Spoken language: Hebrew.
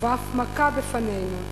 ואף מכה בפנינו.